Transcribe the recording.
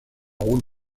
rôle